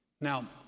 now